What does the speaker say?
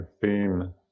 theme